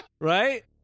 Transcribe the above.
right